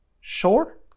sure